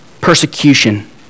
persecution